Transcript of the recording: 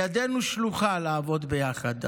ידנו שלוחה לעבוד ביחד,